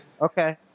Okay